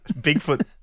Bigfoot